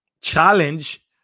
challenge